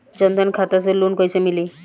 जन धन खाता से लोन कैसे मिली?